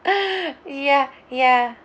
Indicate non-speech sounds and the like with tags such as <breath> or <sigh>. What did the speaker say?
<breath> ya ya